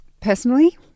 Personally